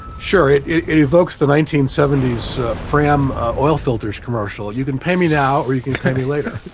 sure. it it evokes the nineteen seventy s so fram ah oil filters commercial you can pay me now or you can pay me later.